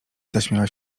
zaśmiała